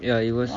ya it was